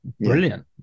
Brilliant